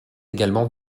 également